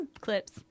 clips